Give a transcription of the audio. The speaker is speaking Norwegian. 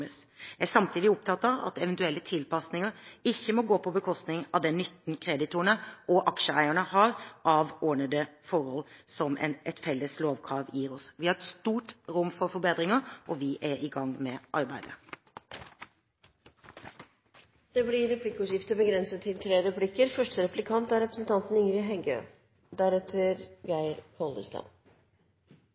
Jeg er samtidig opptatt av at eventuelle tilpasninger ikke må gå på bekostning av den nytten kreditorene og aksjeeierne har av de ordnede forholdene som et felles lovkrav gir oss. Vi har et stort rom for forbedringer, og vi er i gang med arbeidet. Det blir replikkordskifte.